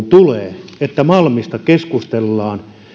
tulee sellainen keskustelukutsu että malmista keskustellaan